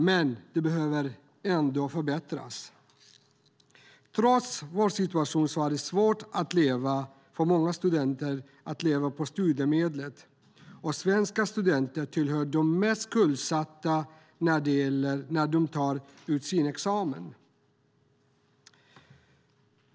Men det behöver ändå förbättras. Trots detta är det för många studenter svårt att leva på studiemedlet, och svenska studenter tillhör de mest skuldsatta när de tar sin examen.